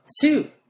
two